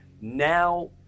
now